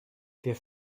wir